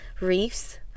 reefs